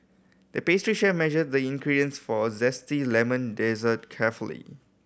the pastry chef measured the ingredients for zesty lemon dessert carefully